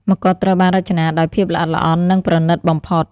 ម្កុដត្រូវបានរចនាដោយ ភាពល្អិតល្អន់ និងប្រណីតបំផុត។